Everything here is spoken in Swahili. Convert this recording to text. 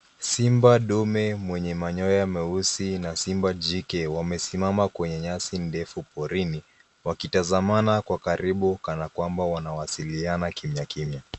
Simba ndume mwenye manyoya meusi na simba jike wamesimama kwenye nyasi ndefu porini wakitazamana kwa karibu kana kwamba wanawasiliana kimyakimya.